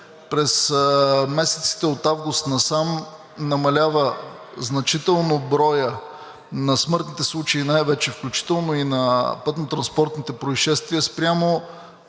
През месеците от август насам намалява значително броят на смъртните случаи, най-вече включително на пътно-транспортните произшествия, спрямо